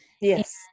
Yes